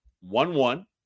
one-one